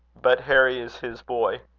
but harry is his boy.